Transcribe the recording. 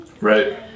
Right